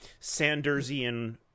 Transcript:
Sandersian